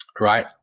right